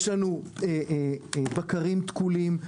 יש לנו בקרים תקולים.